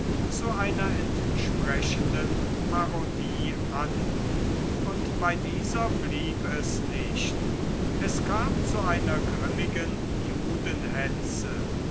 zu einer entsprechenden parodie an und bei dieser blieb es nicht es kam zu einer grimmigen